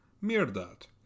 Mirdat